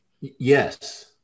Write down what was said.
Yes